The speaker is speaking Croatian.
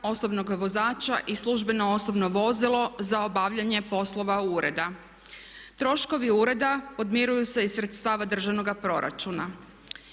osobnog vozača i službeno osobno vozilo za obavljanje poslova ureda. Troškovi ureda podmiruju se iz sredstava državnoga proračuna.